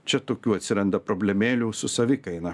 čia tokių atsiranda problemėlių su savikaina